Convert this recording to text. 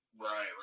Right